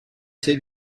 sei